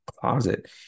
closet